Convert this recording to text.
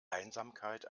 einsamkeit